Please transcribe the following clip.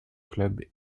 club